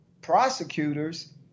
prosecutors